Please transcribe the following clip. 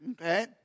okay